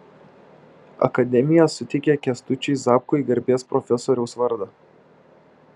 akademija suteikė kęstučiui zapkui garbės profesoriaus vardą